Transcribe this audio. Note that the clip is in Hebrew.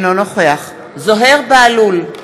אינו נוכח זוהיר בהלול,